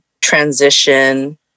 transition